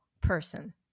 person